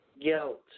Guilt